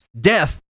death